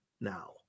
now